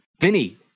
Vinny